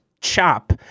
chop